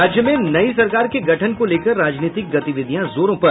राज्य में नई सरकार के गठन को लेकर राजनीतिक गतिविधियां जोरों पर